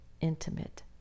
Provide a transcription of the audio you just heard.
intimate